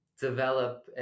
develop